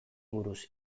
buruz